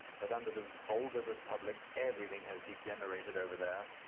but under this vulgar republic everything has degenerated over there.